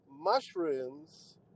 mushrooms